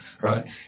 Right